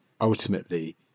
ultimately